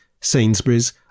Sainsbury's